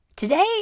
Today